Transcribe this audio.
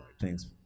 Thanks